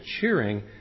cheering